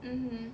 mmhmm